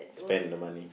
spend the money